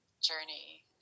journey